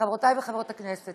חברות וחברי הכנסת,